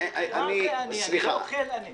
אין לי אוכל בבית.